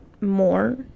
more